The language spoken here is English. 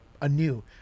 anew